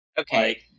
Okay